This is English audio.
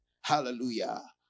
Hallelujah